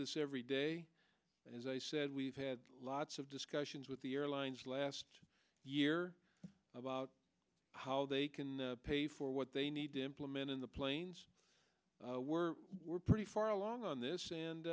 this every day as i said we've had lots of discussions with the airlines last year about how they can pay for what they need to implement in the planes were we're pretty far along on this and